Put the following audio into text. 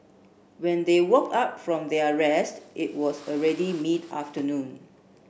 when they woke up from their rest it was already mid afternoon